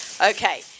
Okay